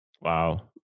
wow